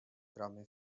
gramy